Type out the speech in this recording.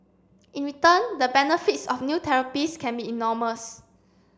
in return the benefits of new therapies can be enormous